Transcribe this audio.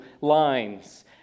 lines